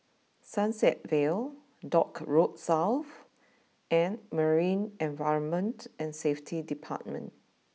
Sunset Vale Dock Road South and Marine Environment and Safety Department